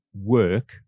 work